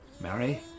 Mary